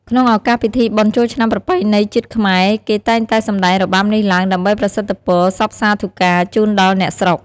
ក្នុងឱកាសពិធីបុណ្យចូលឆ្នាំប្រពៃណីជាតិខ្មែរគេតែងតែសម្តែងរបាំនេះឡើងដើម្បីប្រសិទ្ធពរសព្ទសាធុការជូនដល់អ្នកស្រុក។